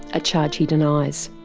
a charge he denies.